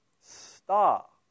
stop